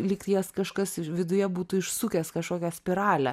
lyg jas kažkas viduje būtų išsukęs kažkokią spiralę